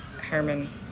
Herman